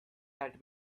had